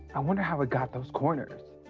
i wonder how it got those corners?